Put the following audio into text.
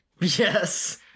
Yes